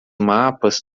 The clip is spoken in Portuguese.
mapas